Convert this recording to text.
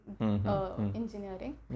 engineering